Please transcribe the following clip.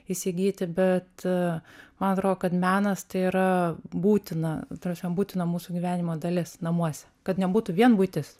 įsigyti bet man atrodo kad menas tai yra būtina ta prasme būtina mūsų gyvenimo dalis namuose kad nebūtų vien buitis